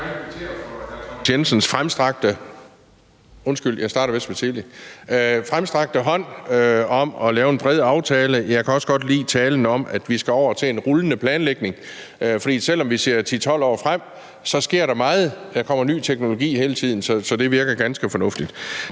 gerne kvittere for hr. Thomas Jensens fremstrakte hånd i forhold til at lave en bred aftale. Jeg kan også godt lide talen om, at vi skal over til en rullende planlægning, for selv om vi ser 10-12 år frem, sker der meget – der kommer ny teknologi hele tiden, så det virker ganske fornuftigt.